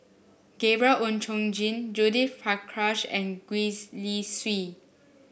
Gabriel Oon Chong Jin Judith Prakash and Gwee Li Sui